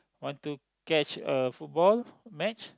want to catch a football match